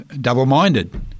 double-minded